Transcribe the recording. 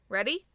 Ready